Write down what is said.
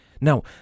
Now